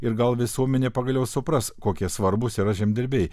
ir gal visuomenė pagaliau supras kokie svarbūs yra žemdirbiai